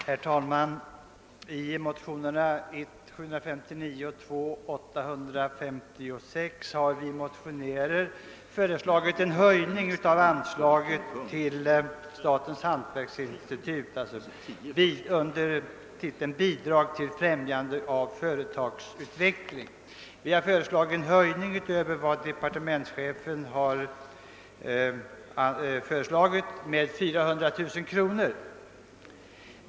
Herr talman! I motionerna 1: 759 och II: 856 har vi motionärer föreslagit en höjning av anslaget till statens hantverksinstitut under titeln Bidrag till främjande av företagsutveckling m.m. Vi har föreslagit en höjning utöver vad departementschefen har föreslagit med 400 000 kr., så att posten Stipendier till fortbildning kunde höjas till 600 000 kr.